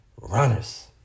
Runners